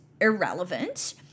irrelevant